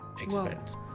expense